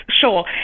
sure